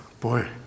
Boy